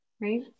Right